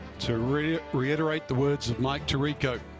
to reiterate reiterate the words of mike tirico,